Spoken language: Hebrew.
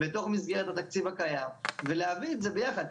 בתוך מסגרת התקציב הקיים ולהביא את זה ביחד,